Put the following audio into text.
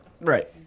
Right